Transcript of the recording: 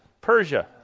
Persia